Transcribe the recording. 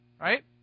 Right